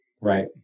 Right